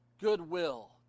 goodwill